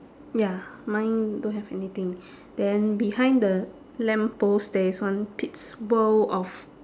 ya mine don't have anything then behind the lamppost there is one pete's world of